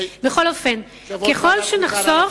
בכל אופן, ככל שנחסוך,